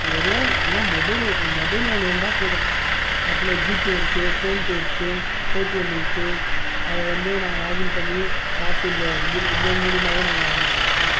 இப்போ ஒரு என்ன மொபைலு மொபைலு ஒன்று இருந்தால் போதும் அதில் ஜிபே இருக்கு ஃபோன்பே இருக்கு பேடீஎம் இருக்கு அதை வந்து நாங்கள் லாகின் பண்ணி காசு இந்த இது இதன் மூலியமாகவே நாங்கள் அமிச்சிக்குவோம்